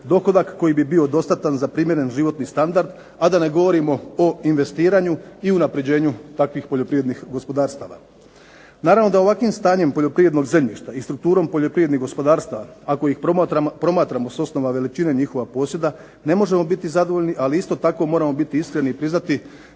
dohodak koji bi bio dostatan za primjeren životni standard, a da ne govorimo o investiranju i unapređenju takvih poljoprivrednih gospodarstava. Naravno da ovakvim stanjem poljoprivrednog zemljišta i strukturom poljoprivrednih gospodarstava, ako ih promatramo s osnova veličine njihova posjeda ne možemo biti zadovoljni, ali isto tako moramo biti iskreni i priznati